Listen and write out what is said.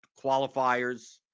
qualifiers